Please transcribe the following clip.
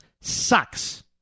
sucks